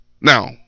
Now